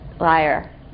liar